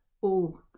all-